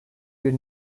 bir